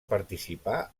participar